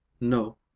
No